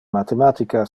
mathematica